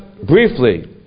Briefly